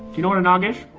you know what a nog is?